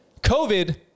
COVID